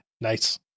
Nice